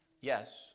Yes